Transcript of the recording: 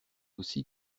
aussi